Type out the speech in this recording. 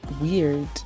weird